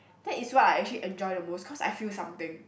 that is what I actually enjoy the most cause I feel something